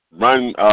run